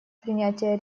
принятия